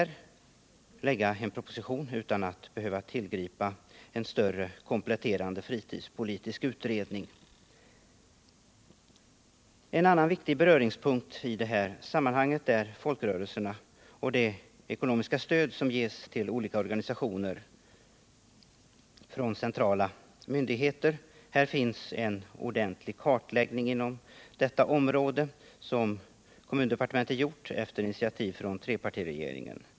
Det är beklagligt om angelägna åtgärder på rekreationssektorn skulle hindras och delvis utebli på grund av att en kompletterande fritidspolitisk utredning skall tillsättas. En annan viktig beröringspunkt i det här sammanhanget är folkrörelserna och frågan om det ekonomiska stöd som ges till olika organisationer från centrala myndigheter. Här finns en ordentlig kartläggning av vad som gäller på detta område som kommundepartementet har gjort på initiativ från trepartiregeringen.